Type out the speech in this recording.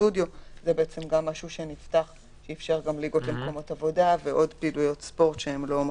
זה מעודד אנשים גם כשרואים תמרור "אין כניסה"